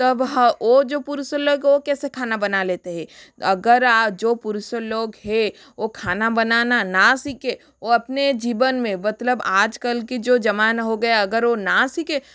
तब ह वह जो पुरुष लोग वह कैसे खाना बना लेते हैं अगर वह जो पुरुष लोग हैं वह खाना बनाना न सीखे वह अपने जीवन में मतलब आजकल के जो ज़माना हो गया अगर वह न सीखे